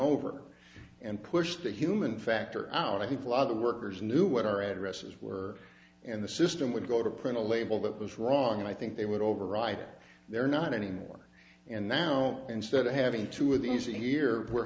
over and pushed the human factor out i think a lot of workers knew what our addresses were and the system would go to print a label that was wrong and i think they would override it they're not anymore and now instead of having two of these in here we're